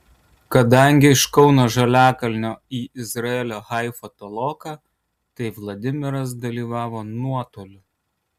kadangi iš kauno žaliakalnio į izraelio haifą toloka tai vladimiras dalyvavo nuotoliu